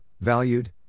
valued